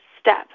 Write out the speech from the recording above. Step